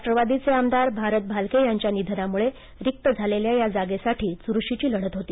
राष्ट्रवादीचे आमदार भारत भालके यांच्या निधनामुळे रिक्त झालेल्या या जागेसाठी चुरशीची लढत झाली